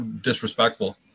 disrespectful